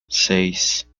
seis